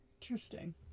Interesting